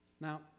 Now